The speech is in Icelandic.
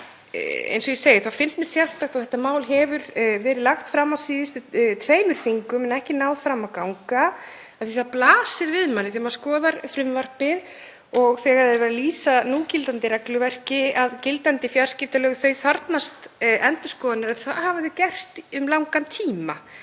Eins og ég segi þá finnst mér sérstakt að þetta mál hafi verið lagt fram á síðustu tveimur þingum en ekki náð fram að ganga því að það blasir við manni, þegar maður skoðar frumvarpið, og þegar verið er að lýsa núgildandi regluverki, að gildandi fjarskiptalög þarfnast endurskoðunar og það hafa þau gert um langan tíma.